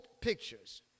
pictures